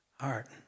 heart